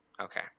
okay